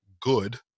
good